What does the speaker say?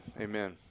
Amen